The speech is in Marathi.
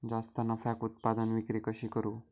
जास्त नफ्याक उत्पादन विक्री कशी करू?